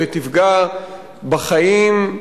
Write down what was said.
ותפגע בחיים,